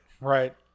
Right